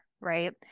right